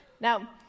Now